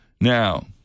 Now